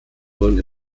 wurden